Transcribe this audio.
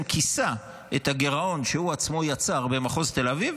כיסה את הגירעון שהוא עצמו יצר במחוז תל אביב,